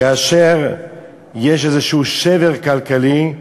כאשר יש איזה שבר כלכלי,